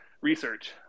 research